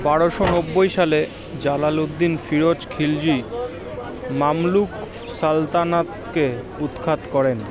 বারোশো নব্বই সালে জালালউদ্দিন ফিরোজ খিলজি মামলুক সালতানাতকে উৎখাত করেন